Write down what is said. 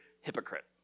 hypocrite